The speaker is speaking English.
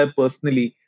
personally